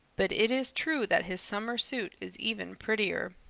but it is true that his summer suit is even prettier.